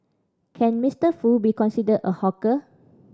can Mister Foo be considered a hawker